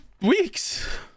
weeks